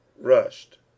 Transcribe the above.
rushed